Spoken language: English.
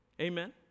Amen